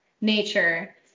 Nature